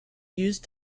used